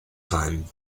time